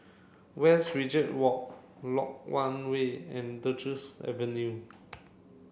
Westridge Walk Lok Yang Way and Duchess Avenue